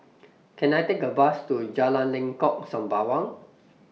Can I Take A Bus to Jalan Lengkok Sembawang